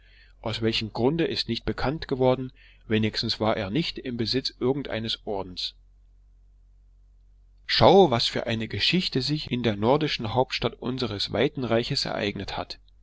aus welchem grunde ist nicht bekannt geworden wenigstens war er nicht im besitz irgendeines ordens schau was für eine geschichte sich in der nordischen hauptstadt unseres weiten reiches ereignet hat